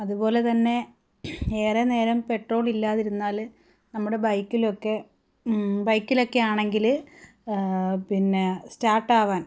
അതുപോലെ തന്നെ ഏറെ നേരം പെട്രോൾ ഇല്ലാതിരുന്നാൽ നമ്മുടെ ബൈക്കിലൊക്കെ ബൈക്കിലൊക്കെ ആണെങ്കിൽ പിന്നെ സ്റ്റാർട്ട് ആകാൻ